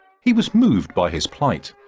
he was moved by his plight.